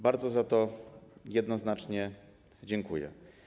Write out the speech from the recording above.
Bardzo za to jednoznacznie dziękuję.